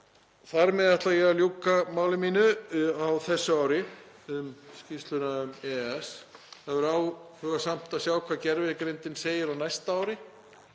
Þar með ætla ég að ljúka máli mínu á þessu ári um skýrsluna um EES. Það verður áhugavert að sjá hvað gervigreindin segir á næsta ári.